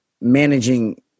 managing